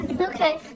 Okay